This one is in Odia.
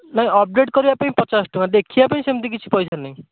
ନାହିଁ ଅପଡ଼େଟ୍ କରିବା ପାଇଁ ପଚାଶ ଟଙ୍କା ଦେଖିବା ପାଇଁ ସେମିତି କିଛି ପଇସା ନାହିଁ